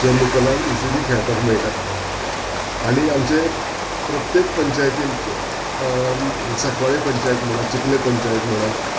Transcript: जो लोकलांक इजिली खेळपाक मेळटा आनी आमचे प्रत्येक पंचायतीन सांकवाळे पंचायत म्हणा चिकले पंचायत म्हणा